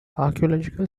archeological